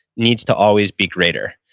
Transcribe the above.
needs to always be greater.